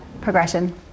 progression